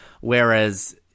Whereas